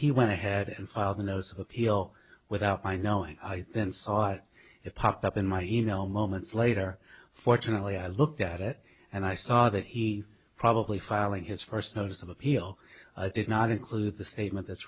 he went ahead and filed a notice of appeal without my knowing then sought it popped up in my email moments later fortunately i looked at it and i saw that he probably filing his first notice of appeal did not include the same but that's